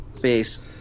face